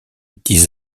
dix